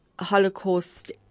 Holocaust